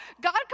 God